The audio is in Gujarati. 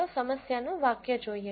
ચાલો સમસ્યા નું વાક્ય જોઈએ